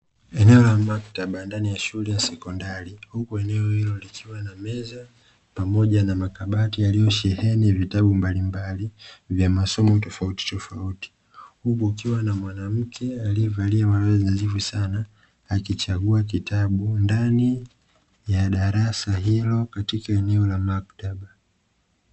Eneo la maktaba ndani ya shule ya sekondari huku eneo hilo likiwa na meza pamoja na makabati yaliyosheheni vitabu mbalimbali vya masomo tofauti tofauti, huku kukiwa na mwanamke aliyevalia mavazi nadhifu sana akichagua kitabu ndani ya darasa hilo katika eneo la maktaba.